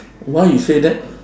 why you say that